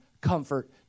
comfort